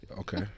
Okay